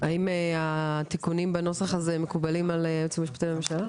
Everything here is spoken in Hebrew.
האם התיקונים בנוסח הזה מקובלים על היועץ המשפטי לממשלה?